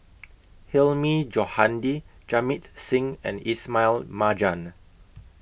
Hilmi Johandi Jamit Singh and Ismail Marjan